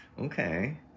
Okay